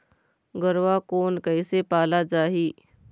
गरवा कोन कइसे पाला जाही?